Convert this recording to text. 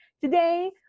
today